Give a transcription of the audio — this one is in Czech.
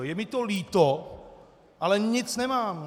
Je mi to líto, ale nic nemám.